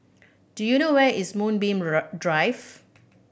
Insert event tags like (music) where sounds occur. do you know where is Moonbeam (unintelligible) Drive